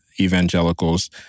evangelicals